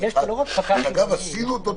וגם עשינו אותו,